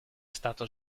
stato